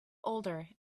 older